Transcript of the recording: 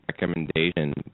recommendation